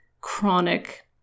chronic